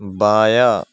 بایاں